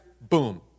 boom